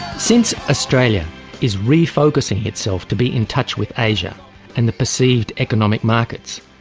since australia is refocusing itself to be in touch with asia and the perceived economic markets,